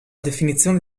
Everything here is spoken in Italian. definizione